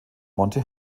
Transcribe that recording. monte